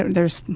there's,